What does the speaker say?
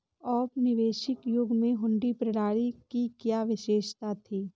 औपनिवेशिक युग में हुंडी प्रणाली की क्या विशेषता थी?